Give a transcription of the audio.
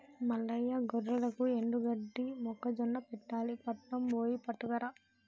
మల్లయ్య గొర్రెలకు ఎండుగడ్డి మొక్కజొన్న పెట్టాలి పట్నం బొయ్యి పట్టుకురా